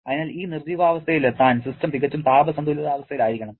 അതിനാൽ ഈ നിർജ്ജീവാവസ്ഥയിലെത്താൻ സിസ്റ്റം തികച്ചും താപ സന്തുലിതാവസ്ഥയിലായിരിക്കണം